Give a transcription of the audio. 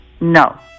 no